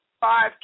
five